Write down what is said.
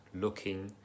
looking